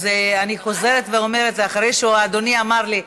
אני חוזרת ואומרת: אחרי שאדוני אמר לי: